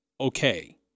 okay